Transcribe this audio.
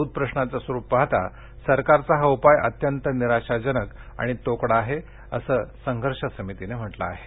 दुध प्रश्नाचं स्वरूप पाहता सरकारचा हा उपाय अत्यंत निराशाजनक आणि तोकडा आहे असं संघर्ष समितीनं म्हटलं आहे